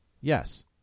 yes